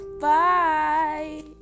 Bye